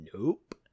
nope